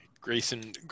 Grayson